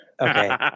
Okay